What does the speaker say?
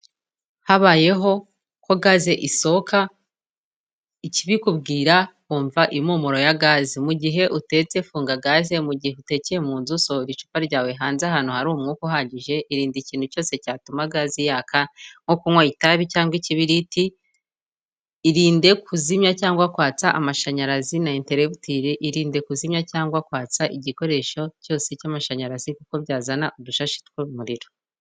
Habayeho ko gaze isohoka, ikibikubwira wumva impumuro ya gaze, mu gihe utetse funga gaze, mu gihe utekeye mu nzu, sohora icupa ryawe hanze, ahantu hari umwuka uhagije, irinde ikintu cyose cyatuma gaze yaka, nko kunywa itabi cyangwa ikibiriti, irinde kuzimya cyangwa kwatsa amashanyarazi na enterebuteri, irinde kuzimya cyangwa kwatsa igikoresho cyose cy'amashanyarazi, kuko byazana udushashi tw'umuriro.